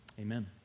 Amen